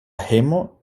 hejmo